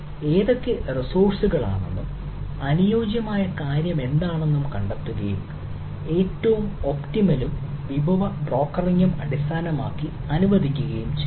ഏതൊക്കെ റിസോഴ്സ്കളാണെന്നും അനുയോജ്യമായ കാര്യമെന്താണെന്നും കണ്ടെത്തുകയും ഏറ്റവും ഒപ്റ്റിമലും വിഭവ ബ്രോക്കറിംഗും അടിസ്ഥാനമാക്കി അനുവദിക്കുകയും ചെയ്യുന്നു